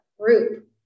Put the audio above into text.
group